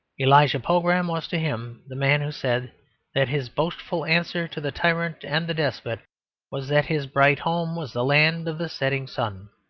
elijah pogram was to him the man who said that his boastful answer to the tyrant and the despot was that his bright home was the land of the settin' sun.